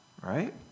right